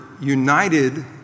united